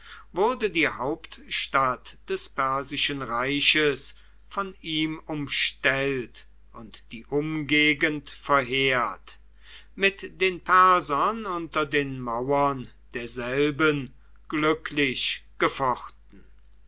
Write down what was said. wurde die hauptstadt des persischen reiches von ihm umstellt und die umgegend verheert mit den persern unter den mauern derselben glücklich gefochten